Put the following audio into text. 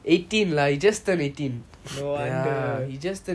no wonder